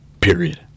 Period